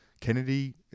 Kennedy